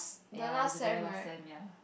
ya it was the very last Sem ya